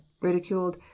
ridiculed